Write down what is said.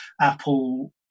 apple